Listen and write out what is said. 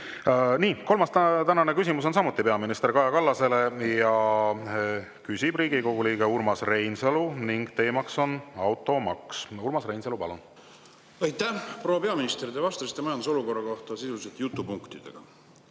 kolmas küsimus on samuti peaminister Kaja Kallasele. Küsib Riigikogu liige Urmas Reinsalu ning teema on automaks. Urmas Reinsalu, palun! Aitäh! Proua peaminister, te vastasite majanduse olukorra kohta sisuliselt jutupunktidega.